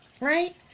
Right